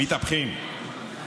מתהפכים.